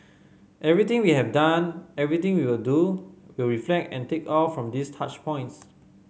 everything we have done everything we will do will reflect and take off from these touch points